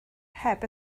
heb